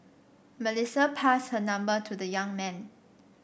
Melissa passed her number to the young man